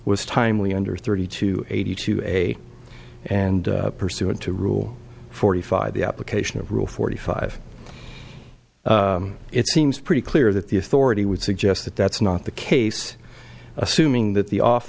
was timely under thirty two eighty two a and pursuant to rule forty five the application of rule forty five it seems pretty clear that the authority would suggest that that's not the case assuming that the of